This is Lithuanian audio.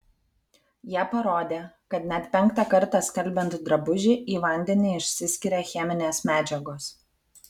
jie parodė kad net penktą kartą skalbiant drabužį į vandenį išsiskiria cheminės medžiagos